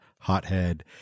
hothead